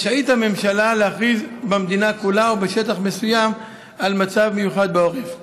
רשאית הממשלה להכריז במדינה כולה או בשטח מסוים על מצב מיוחד בעורף.